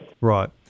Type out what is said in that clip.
Right